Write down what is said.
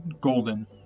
Golden